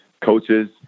coaches